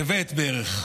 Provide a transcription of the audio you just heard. טבת, בערך.